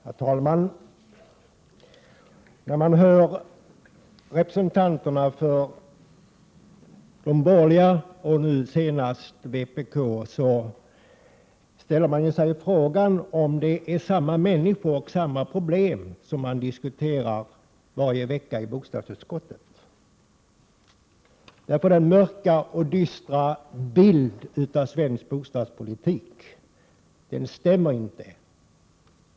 Herr talman! När man hör representanterna för de borgerliga och nu senast vpk undrar man om det är samma människor och samma problem som det är fråga om varje vecka i bostadsutskottet. Den mörka och bistra bilden av svensk bostadspolitik stämmer inte.